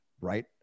right